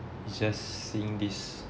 just seeing this